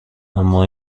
اما